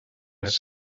les